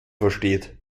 versteht